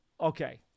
Okay